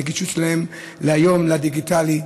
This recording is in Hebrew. הגישה שלהם היום לדיגיטלי,